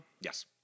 yes